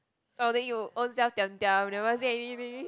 oh then you ovrselves diam diam never say anything